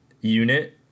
unit